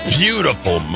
beautiful